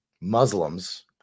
Muslims